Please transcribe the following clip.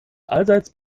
allseits